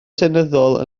seneddol